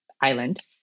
island